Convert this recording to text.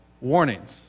warnings